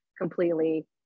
completely